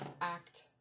act